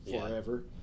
forever